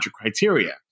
criteria